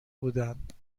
بودند